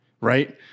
right